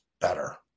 better